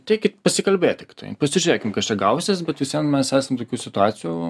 ateikit pasikalbėt tiktai pasižiūrėkim kas čia gausis bet vis vien mes esam tokių situacijų